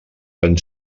van